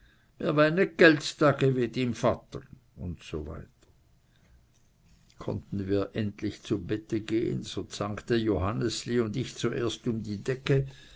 dy vater usw konnten wir endlich zu bette gehen so zankten johannesli und ich zuerst um die decke